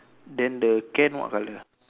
then the can what colour